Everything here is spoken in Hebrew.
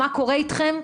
מה קורה איתכם,